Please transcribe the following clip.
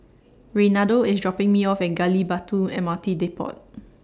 Reynaldo IS dropping Me off At Gali Batu M R T Depot